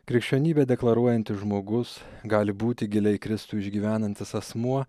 krikščionybę deklaruojantis žmogus gali būti giliai kristų išgyvenantis asmuo